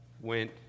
went